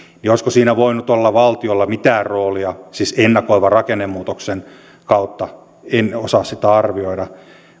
olisiko siinä voinut olla valtiolla mitään roolia siis ennakoivan rakennemuutoksen kautta en osaa sitä arvioida